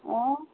অঁ